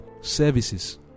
services